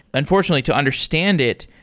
unfortunately to understand it,